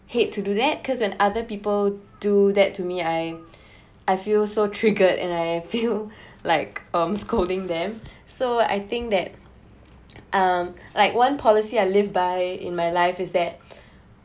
hate to do that because when other people do that to me I I feel so triggered and I feel like um scolding them so I think that um like one policy I live by in my life is that